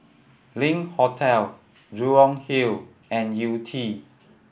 Link Hotel Jurong Hill and Yew Tee